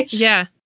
yeah.